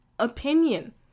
Opinion